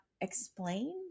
explain